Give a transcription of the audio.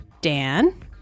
Dan